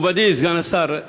מכובדי סגן השר,